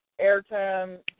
airtime